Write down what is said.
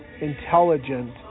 intelligent